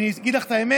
אני אגיד לך את האמת,